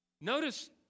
Notice